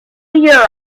europe